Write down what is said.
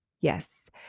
Yes